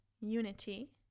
unity